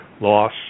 loss